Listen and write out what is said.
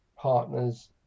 partners